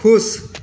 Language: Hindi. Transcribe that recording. खुश